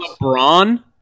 LeBron